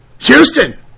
Houston